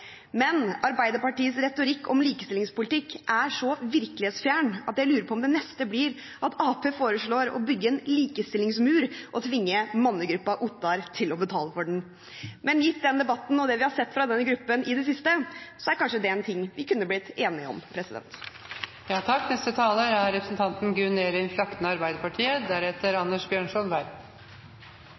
Men Arbeiderpartiets retorikk om likestillingspolitikk er så virkelighetsfjern at jeg lurer på om det neste blir at Arbeiderpartiet foreslår å bygge en likestillingsmur og tvinge Mannegruppa Ottar til å betale for den. Men gitt den debatten og det vi har sett fra denne gruppen i det siste, er kanskje det en ting vi kunne blitt enige om.